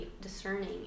discerning